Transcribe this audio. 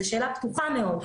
זאת שאלה פתוחה מאוד.